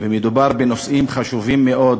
ומדובר בנושאים חשובים מאוד